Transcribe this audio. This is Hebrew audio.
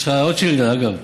יש לך עוד שאילתה, אגב.